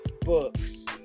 books